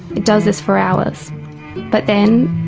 it does this for hours but then,